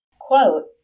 Quote